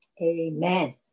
amen